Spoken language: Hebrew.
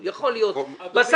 אדוני,